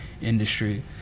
industry